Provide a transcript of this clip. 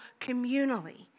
communally